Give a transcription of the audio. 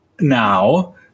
now